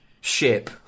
ship